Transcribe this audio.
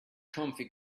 comfy